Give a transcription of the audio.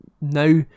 now